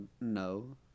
no